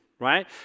Right